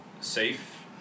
safe